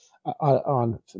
On